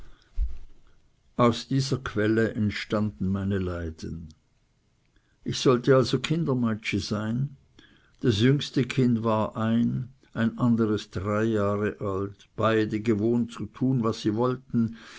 aus dieser quelle entstanden meine leiden ich sollte also kindemeitschi sein das jüngste kind war ein ein anderes drei jahre alt beide gewohnt zu tun was sie wollten